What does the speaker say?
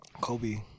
Kobe